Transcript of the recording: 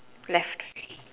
left